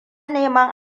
neman